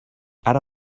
ara